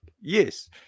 Yes